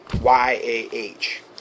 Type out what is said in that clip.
Y-A-H